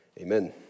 amen